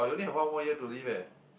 you only have one more year to live eh